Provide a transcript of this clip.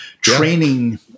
training